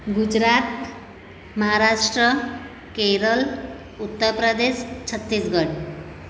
Gujarat Maharashtra Kerala Uttar Pradesh Chhattisgarh